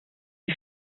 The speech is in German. die